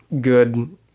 good